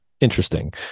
Interesting